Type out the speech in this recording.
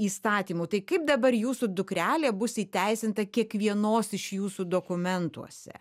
įstatymu tai kaip dabar jūsų dukrelė bus įteisinta kiekvienos iš jūsų dokumentuose